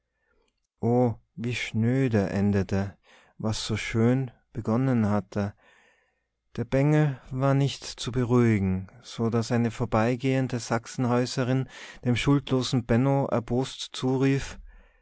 wie schnöde endete was so schön begonnen hatte der bengel war nicht zu beruhigen so daß eine vorbeigehende sachsenhäuserin dem schuldlosen benno erbost zurief